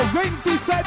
27